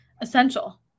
essential